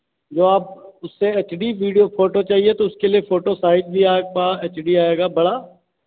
जो आप उससे एच डी वीडियो फोटो चाहिए तो उसके लिए फोटो साइज़ भी आपका एच डी आएगा बड़ा